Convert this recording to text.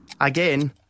Again